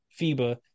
FIBA